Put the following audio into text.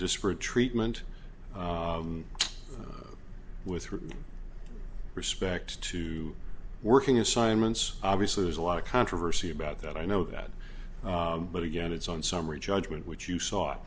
disparate treatment with real respect to working assignments obviously there's a lot of controversy about that i know that but again it's on summary judgment which you saw